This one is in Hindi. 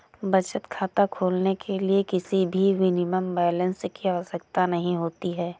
बचत खाता खोलने के लिए किसी भी मिनिमम बैलेंस की आवश्यकता नहीं होती है